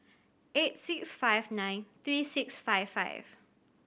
eight six five nine three six five five